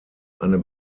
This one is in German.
eine